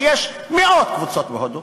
ויש מאות קבוצות בהודו: